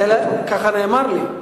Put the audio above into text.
ככה נאמר לי.